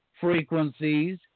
frequencies